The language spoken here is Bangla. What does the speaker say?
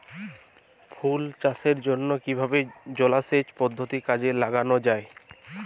ফুল চাষের জন্য কিভাবে জলাসেচ পদ্ধতি কাজে লাগানো যাই?